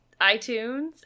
iTunes